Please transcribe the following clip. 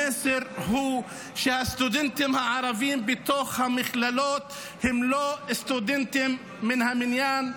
המסר הוא שהסטודנטים הערבים בתוך המכללות הם לא סטודנטים מן המניין,